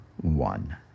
one